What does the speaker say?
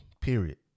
period